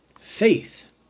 faith